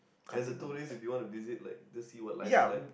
as a two days if you want to visit like to see what life is like